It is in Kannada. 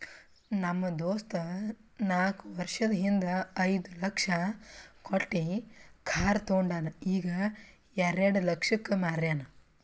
ನಮ್ ದೋಸ್ತ ನಾಕ್ ವರ್ಷದ ಹಿಂದ್ ಐಯ್ದ ಲಕ್ಷ ಕೊಟ್ಟಿ ಕಾರ್ ತೊಂಡಾನ ಈಗ ಎರೆಡ ಲಕ್ಷಕ್ ಮಾರ್ಯಾನ್